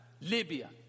Libya